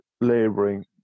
labouring